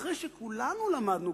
אחרי שכולנו למדנו,